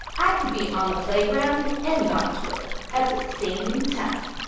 i could be on the playground and on twitter at the same time.